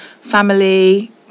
family